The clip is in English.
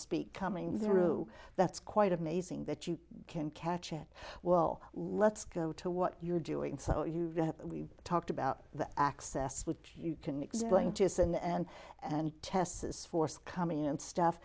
speak coming through that's quite amazing that you can catch it well let's go to what you're doing so we talked about the access which you can explain just in and and tests is forthcoming and stuff